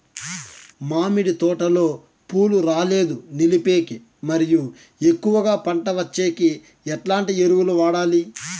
మామిడి తోటలో పూలు రాలేదు నిలిపేకి మరియు ఎక్కువగా పంట వచ్చేకి ఎట్లాంటి ఎరువులు వాడాలి?